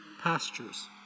pastures